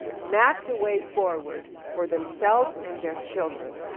mapped a way forward for themselves and their children.